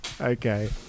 Okay